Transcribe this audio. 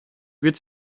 wird